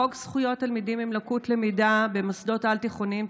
חוק זכויות תלמידים עם לקות למידה במוסדות על תיכוניים,